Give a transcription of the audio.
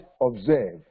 observe